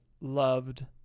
loved